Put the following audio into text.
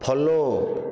follow